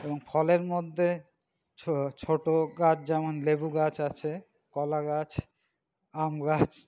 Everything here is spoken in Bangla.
এবং ফলের মধ্যে ছোটো গাছ যেমন লেবু গাছ আছে কলা গাছ আম গাছ